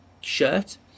shirt